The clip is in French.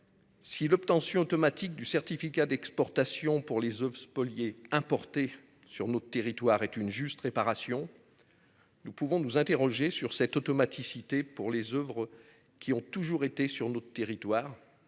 Si l'obtention automatique du certificat d'exportation pour les Oeuvres spoliées importer sur notre territoire est une juste réparation. Nous pouvons nous interroger sur cette automaticité. Pour les Oeuvres qui ont toujours été sur notre territoire.